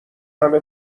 همه